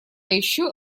ещё